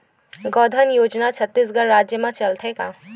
गौधन योजना छत्तीसगढ़ राज्य मा चलथे का?